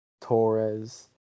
Torres